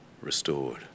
restored